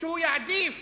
שהוא יעדיף